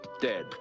dead